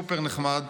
סופר-נחמד,